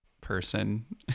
person